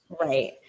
Right